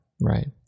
right